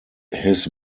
his